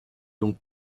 donc